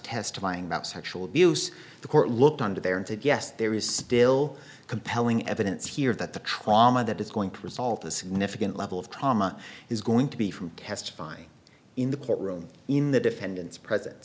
testifying about sexual abuse the court looked under there and said yes there is still compelling evidence here that the trauma that is going to resolve the significant level of trauma is going to be from testifying in the courtroom in the defendant's presence